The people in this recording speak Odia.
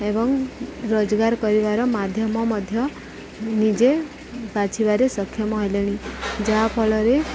ଏବଂ ରୋଜଗାର କରିବାର ମାଧ୍ୟମ ମଧ୍ୟ ନିଜେ ବାଛିବାରେ ସକ୍ଷମ ହେଲେଣି ଯାହାଫଳରେ